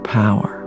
power